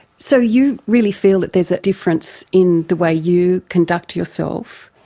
so you really feel that there's a difference in the way you conduct yourself,